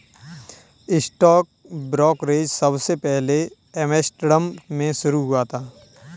stock brokerage सबसे पहले Amsterdam में शुरू हुआ था